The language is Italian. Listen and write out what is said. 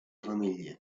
famiglia